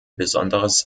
besonderes